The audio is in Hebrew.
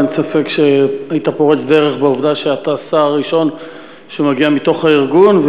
אין ספק שהיית פורץ דרך בעובדה שאתה השר הראשון שמגיע מתוך הארגון,